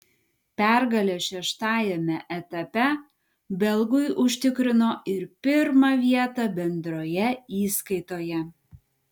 pergalė šeštajame etape belgui užtikrino ir pirmą vietą bendroje įskaitoje